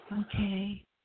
Okay